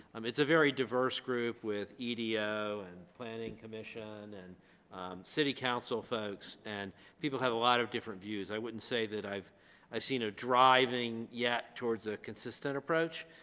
um it's a very diverse group with edo, and planning commission, and city council folks, and people have a lot of different views. i wouldn't say that i've i've seen a driving yet towards a consistent approach,